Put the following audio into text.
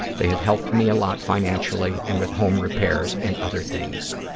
they have helped me a lot financially and with home repairs and other things.